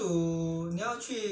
那个没有问题的